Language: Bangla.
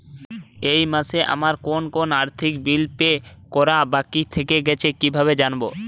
এই মাসে আমার কোন কোন আর্থিক বিল পে করা বাকী থেকে গেছে কীভাবে জানব?